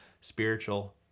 Spiritual